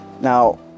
Now